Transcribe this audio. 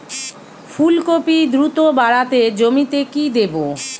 ফুলকপি দ্রুত বাড়াতে জমিতে কি দেবো?